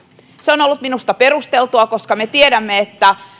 se on ollut minusta perusteltua koska me tiedämme että